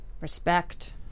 Respect